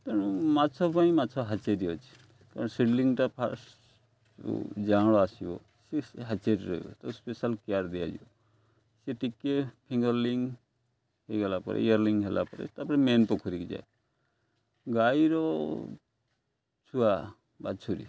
ତେଣୁ ମାଛ ପାଇଁ ମାଛ ହାଚେରି ଅଛି କାରଣ ସିଡ଼୍ଲିଙ୍ଗ୍ଟା ଫାଷ୍ଟ୍ ଯାଆଁଳ ଆସିବ ସେ ହାଚେରିରେ ରହିବ ତ ସ୍ପେଶାଲ୍ କେୟାର୍ ଦିଆଯିବ ସେ ଟିକିଏ ଫିଙ୍ଗର୍ଲିିଙ୍ଗ୍ ହୋଇଗଲା ପରେ ଇୟର୍ଲିିଙ୍ଗ୍ ହେଲା ପରେ ତା'ପରେ ମେନ୍ ପୋଖରୀକୁ ଯାଏ ଗାଈର ଛୁଆ ବାଛୁରି